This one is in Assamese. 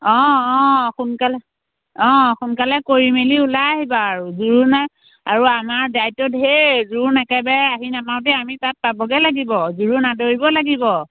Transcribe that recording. অঁ অঁ সোনকালে অঁ সোনকালে কৰি মেলি ওলাই আহিবা আৰু জোৰোণহে আৰু আমাৰ দায়িত্ব ঢেৰ জোৰোণ একেবাৰে আহি নাপাওঁতেই আমি তাত পাবগৈ লাগিব জোৰোণ আদৰিব লাগিব